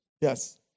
Yes